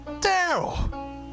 Daryl